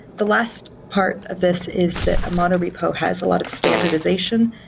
the last part of this is that a mono repo has a lot of standardization.